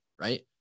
right